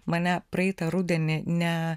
mane praeitą rudenį ne